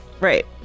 Right